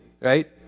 right